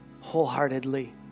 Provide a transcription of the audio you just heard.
wholeheartedly